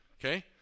Okay